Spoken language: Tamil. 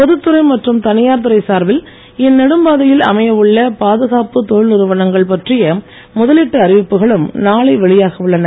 பொதுத்துறை மற்றும் தனியார் துறை சார்பில் இந்நெடும் பாதையில் அமையவுள்ள பாதுகாப்பு தொழில் நிறுவனங்கள் பற்றிய முதலீட்டு அறிவிப்புகளும் நாளை வெளியாக உள்ளன